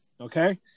Okay